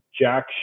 jack